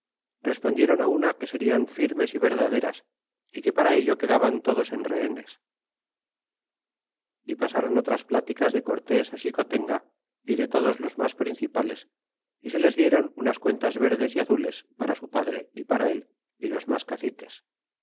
respondiéron á una que serian firmes y verdaderas y que para ello quedaban todos en rehenes y pasaron otras pláticas de cortes xicotenga y de toas los mas principales y se les diéronunas cuentas verdes y azules para su padre y para él y los mas caciques